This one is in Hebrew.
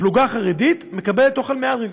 פלוגה חרדית מקבלת אוכל מהדרין,